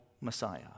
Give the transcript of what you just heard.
Messiah